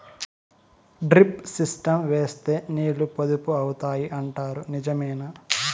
Drip system వేస్తే నీళ్లు పొదుపు అవుతాయి అంటారు నిజమేనా?